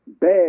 bad